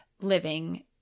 living